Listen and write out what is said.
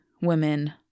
women